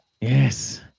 Yes